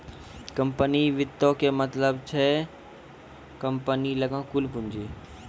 company वित्तो के मतलब छै कम्पनी लगां कुल पूंजी